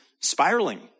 spiraling